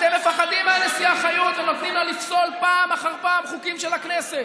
אתם מפחדים מהנשיאה חיות ונותנים לה לפסול פעם אחר פעם חוקים של הכנסת,